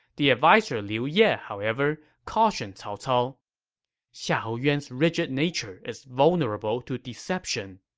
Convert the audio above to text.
the adviser liu ye, however, cautioned cao cao xiahou yuan's rigid nature is vulnerable to deception.